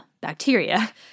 bacteria